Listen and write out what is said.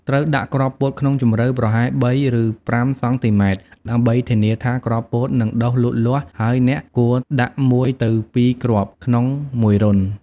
ត្រូវដាក់គ្រាប់ពោតក្នុងជម្រៅប្រហែល ៣-៥ សង់ទីម៉ែត្រ ដើម្បីធានាថាគ្រាប់ពោតនឹងដុះលូតលាស់ ហើយអ្នកគួរដាក់ ១ ទៅ ២ គ្រាប់ ក្នុងមួយរន្ធ។